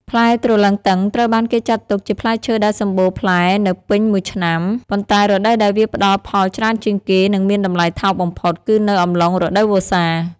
ផ្លែទ្រលឹងទឹងត្រូវបានគេចាត់ទុកជាផ្លែឈើដែលសម្បូរផ្លែនៅពេញមួយឆ្នាំ ប៉ុន្តែរដូវដែលវាផ្ដល់ផលច្រើនជាងគេ និងមានតម្លៃថោកបំផុតគឺនៅអំឡុង រដូវវស្សា។